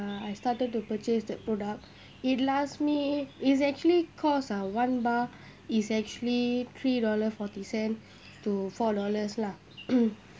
uh I started to purchase the product it last me is actually costs ah one bar is actually three dollar forty cent to four dollars lah